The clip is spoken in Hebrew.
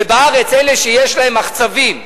ובארץ אלה שיש להם מחצבים,